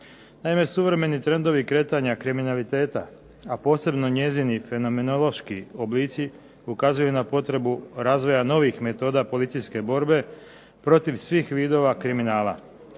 Naime, suvremeni trendovi kretanja kriminaliteta, a posebno njezini fenomenološki oblici ukazuju na potrebu razvoja novih metoda policijske borbe protiv svih vidova kriminala.